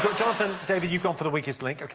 but jonathan, david, you've gone for the weakest link.